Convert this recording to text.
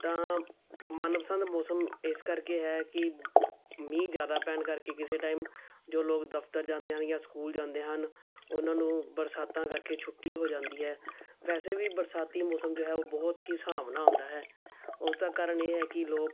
ਤਾਂ ਮਨਪਸੰਦ ਮੌਸਮ ਇਸ ਕਰਕੇ ਹੈ ਕਿ ਮੀਂਹ ਜ਼ਿਆਦਾ ਪੈਣ ਕਰਕੇ ਕਿਸੇ ਟਾਈਮ ਜੋ ਲੋਕ ਦਫ਼ਤਰ ਜਾਂਦੇ ਹਨ ਜਾਂ ਸਕੂਲ ਜਾਂਦੇ ਹਨ ਉਹਨਾਂ ਨੂੰ ਬਰਸਾਤਾਂ ਕਰਕੇ ਛੁੱਟੀ ਹੋ ਜਾਂਦੀ ਹੈ ਵੈਸੇ ਵੀ ਬਰਸਾਤੀ ਮੌਸਮ ਜੋ ਹੈ ਉਹ ਬਹੁਤ ਹੀ ਹਿਸਾਬ ਨਾਲ ਆਉਂਦਾ ਹੈ ਉਸ ਦਾ ਕਾਰਨ ਇਹ ਹੈ ਕਿ ਲੋਕ